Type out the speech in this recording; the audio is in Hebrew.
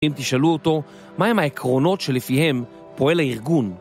אם תשאלו אותו, מהם העקרונות שלפיהם פועל הארגון?